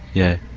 yeah,